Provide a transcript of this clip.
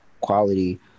quality